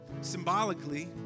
symbolically